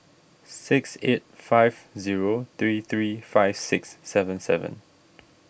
six eight five zero three three five six seven seven